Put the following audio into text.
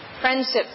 Friendships